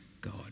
God